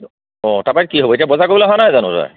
অঁ তাৰ পৰা কি হ'ব এতিয়া বজাৰ কৰিবলৈ অহা নাই জানো তই